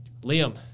Liam